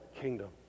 kingdom